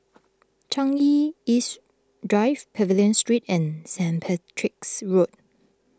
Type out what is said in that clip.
Changi East Drive Pavilion Street and Saint Patrick's Road